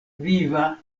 viva